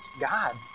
God